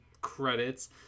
credits